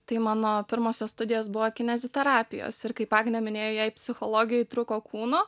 tai mano pirmosios studijos buvo kineziterapijos ir kaip agnė minėjo jai psichologijoj trūko kūno